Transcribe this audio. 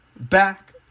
back